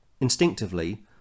instinctively